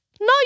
No